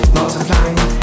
multiplying